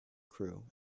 crew